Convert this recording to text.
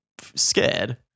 scared